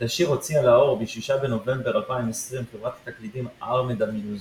את השיר הוציאה לאור ב-6 בנובמבר 2020 חברת התקליטים ארמדה מיוזיק.